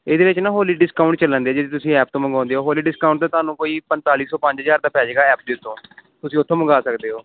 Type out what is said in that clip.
ਇਹਦੇ ਵਿੱਚ ਨਾ ਹੋਲੀ ਡਿਸਕਾਊਂਟ ਚੱਲਣ ਰਿਹਾ ਜੇ ਤਾਂ ਤੁਸੀਂ ਐਪ ਤੋਂ ਮੰਗਾਉਂਦੇ ਹੋ ਹੋਲੀ ਡਿਸਕਾਊਂਟ 'ਤੇ ਤੁਹਾਨੂੰ ਕੋਈ ਪੰਤਾਲੀ ਸੌ ਪੰਜ ਹਜ਼ਾਰ ਦਾ ਪੈ ਜਾਏਗਾ ਐਪ ਦੇ ਉੱਤੋਂ ਤੁਸੀਂ ਉੱਥੋਂ ਮੰਗਵਾ ਸਕਦੇ ਹੋ